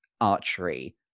archery